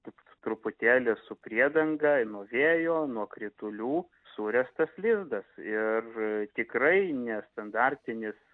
toks truputėlį su priedanga nuo vėjo nuo kritulių suręstas lizdas ir tikrai nestandartinis